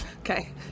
Okay